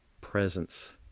presence